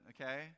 okay